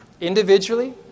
individually